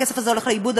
הכסף הזה הולך לאיבוד,